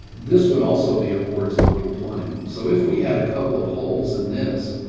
this would also be a horizontal plane. so if we had a couple of holes in this,